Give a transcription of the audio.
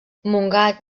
montgat